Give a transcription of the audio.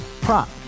Prop